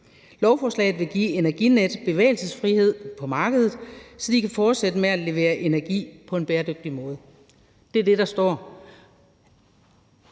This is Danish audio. Lovforslaget vil give Energinet bevægelsesfrihed på markedet, så de kan fortsætte med at levere energi på en bæredygtig måde. Det er det, der står.